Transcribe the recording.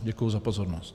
Děkuji za pozornost.